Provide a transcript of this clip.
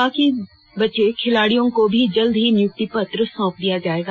बाकी बचे खिलाडियों को भी जल्द ही नियुक्ति पत्र सौंप दिया जाएगा